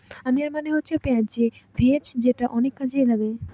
onion মানে হচ্ছে পেঁয়াজ যে ভেষজ যেটা অনেক কাজে লাগে